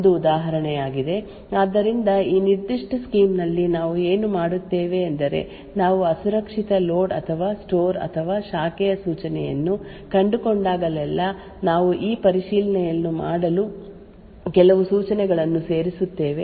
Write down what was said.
ಈಗ ಇದು segment matching runtime check ಗೆ ಒಂದು ಉದಾಹರಣೆಯಾಗಿದೆ ಆದ್ದರಿಂದ ಈ ನಿರ್ದಿಷ್ಟ ಸ್ಕೀಮ್ ನಲ್ಲಿ ನಾವು ಏನು ಮಾಡುತ್ತೇವೆ ಎಂದರೆ ನಾವು ಅಸುರಕ್ಷಿತ ಲೋಡ್ ಅಥವಾ ಸ್ಟೋರ್ ಅಥವಾ ಶಾಖೆಯ ಸೂಚನೆಯನ್ನು ಕಂಡುಕೊಂಡಾಗಲೆಲ್ಲಾ ನಾವು ಈ ಪರಿಶೀಲನೆಯನ್ನು ಮಾಡಲು ಕೆಲವು ಸೂಚನೆಗಳನ್ನು ಸೇರಿಸುತ್ತೇವೆ